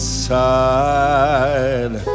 side